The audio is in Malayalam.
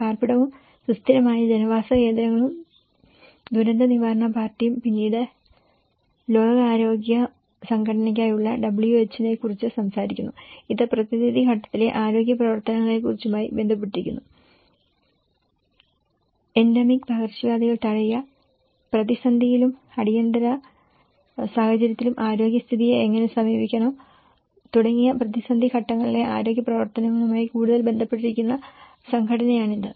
പാർപ്പിടവും സുസ്ഥിരമായ ജനവാസ കേന്ദ്രങ്ങളും ദുരന്തനിവാരസംഘടനയ്ക്കായുള്ള ണ പരിപാടിയും പിന്നീട് ലോകാരോഗ്യ WH നെക്കുറിച്ച് സംസാരിക്കുന്നു ഇത് പ്രതിസന്ധി ഘട്ടങ്ങളിലെ ആരോഗ്യ പ്രവർത്തനങ്ങളുമായി ബന്ധപ്പെട്ടിരിക്കുന്നു എൻഡമിക് പകർച്ചവ്യാധികൾ തടയുക പ്രതിസന്ധിയിലും അടിയന്തര സാഹചര്യത്തിലും ആരോഗ്യസ്ഥിതിയെ എങ്ങനെ സമീപിക്കണം തുടങ്ങിയ പ്രതിസന്ധി ഘട്ടങ്ങളിലെ ആരോഗ്യ പ്രവർത്തനങ്ങളുമായി കൂടുതൽ ബന്ധപ്പെട്ടിരിക്കുന്ന സംഘടനയാണിത്